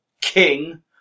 King